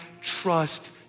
trust